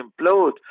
implode